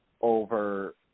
over